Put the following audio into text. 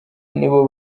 nibo